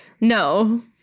No